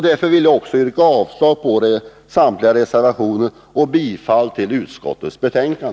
Därför vill jag yrka avslag på samtliga reservationer och bifall till utskottets hemställan.